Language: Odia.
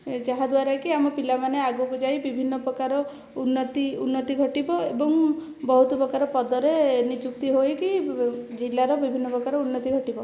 ଯାହାଦ୍ୱାରା କି ଆମ ପିଲାମାନେ ଆଗକୁ ଯାଇ ବିଭିନ୍ନ ପ୍ରକାର ଉନ୍ନତି ଉନ୍ନତି ଘଟିବ ଏବଂ ବହୁତ ପ୍ରକାର ପଦରେ ନିଯୁକ୍ତି ହୋଇକି ଜିଲ୍ଲାର ବିଭିନ୍ନ ପ୍ରକାର ଉନ୍ନତି ଘଟିବ